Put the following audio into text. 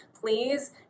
please